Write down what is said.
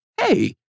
hey